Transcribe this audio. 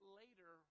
later